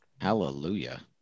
Hallelujah